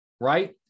right